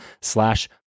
slash